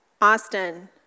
Austin